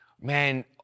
man